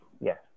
Yes